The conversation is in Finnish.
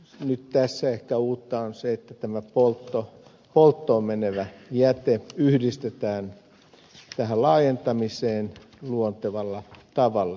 nyt tässä ehkä uutta on se että polttoon menevä jäte yhdistetään tähän laajentamiseen luontevalla tavalla niin kuin se kuuluu